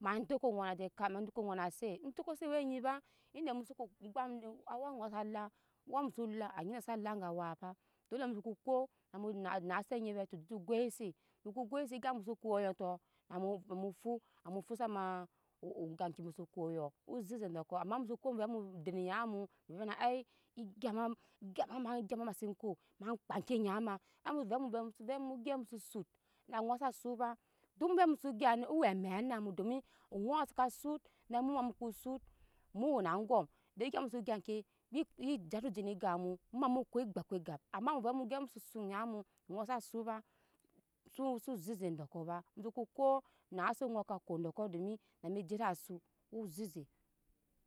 Ma doko nyo je kap ma doko nyo je set etoko se wene nyi ba ede musoko egbam mu ju awa ŋɔnɔ sala awa musu la enyine sala go ba dole muso ko na mu na nase anyi ve to juju goise muko goise enyi muso ko roko namu mufu sa ma egyi muso ko yuko ozeze doko ama muso ku mu ve mu dene nya mu mu vena ei egya ma egya ma egya ma mase ko ma kpa ke nyi ma ai mu ve muve mu gyap muso set na ŋɔ sasot ba dok ombayu muso gya nu owe eme ana mu domi oŋɔ saka sot na mu ma muk sot mu wena aŋdɔm dok eggu muso gya ke wiwi jaro je ne gap mu muma muko gbe kpe gab ema muve mu gyap nuso sot nyi mu ŋɔ sa sot ba su suzeze edoko ba mu soko ko nase ŋɔ ka ko doko domi ni jede su wu zeze.